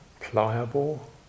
pliable